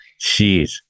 Jeez